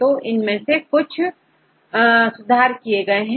तो इसमें कुछ सुधार किए गए हैं